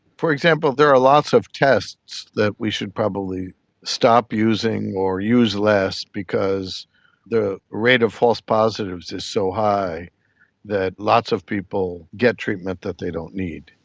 for example, there are lots of tests that we should probably stop using or use less because the rate of false positives is so high that lots of people get treatment that they don't need.